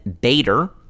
Bader